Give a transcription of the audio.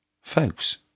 Folks